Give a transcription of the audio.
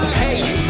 hey